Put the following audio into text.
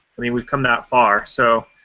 i mean, we've come that far. so,